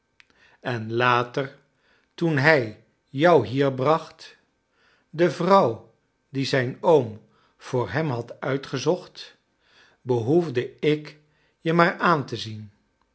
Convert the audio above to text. en later toen hij jou hier bracht de vrouw die zijn oom voor hem had uitgezocht behoefde ik je maar aan te zien